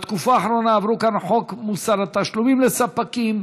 בתקופה האחרונה עברו כאן חוק מוסר התשלומים לספקים,